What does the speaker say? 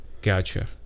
Gotcha